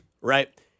Right